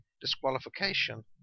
disqualification